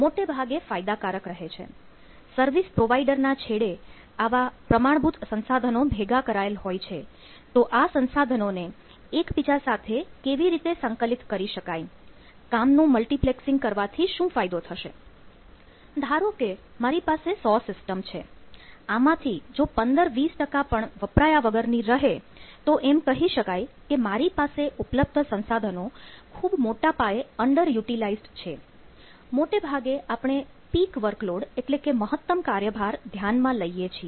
મોટેભાગે આપણે peak work load એટલે કે મહત્તમ કાર્યભાર ધ્યાનમાં લઈએ છીએ